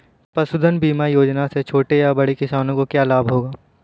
पशुधन बीमा योजना से छोटे या बड़े किसानों को क्या लाभ होगा?